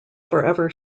forever